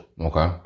Okay